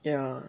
yeah